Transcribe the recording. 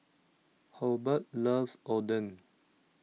Hobart loves Oden